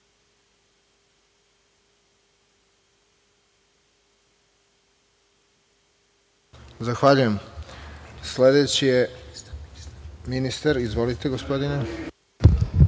Zahvaljujem. Sledeći je ministar. Izvolite, gospodine.